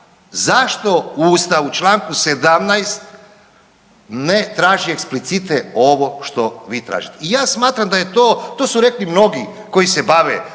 zašto u Ustavu Članku 17. ne traže eksplicite ovo što vi tražite. I ja smatram da je to, to su rekli mnogi koji se bave